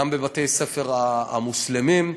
גם בבתי-הספר המוסלמיים,